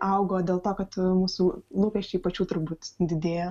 augo dėl to kad mūsų lūkesčiai pačių turbūt didėja